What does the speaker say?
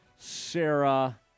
Sarah